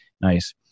nice